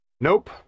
Nope